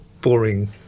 boring